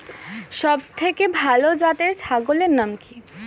সবথেকে ভালো জাতের ছাগলের নাম কি?